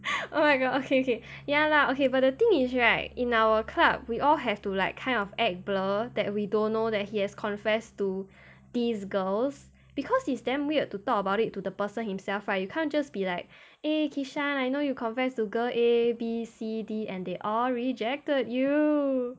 oh my god okay okay ya lah okay but the thing is right in our club we all have to like kind of act blur that we don't know that he has confessed to these girls because it's damn weird to talk about it to the person himself right you can't just be like eh kishan I know you confess to girl A B C D and they all rejected you